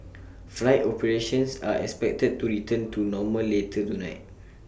flight operations are expected to return to normal later tonight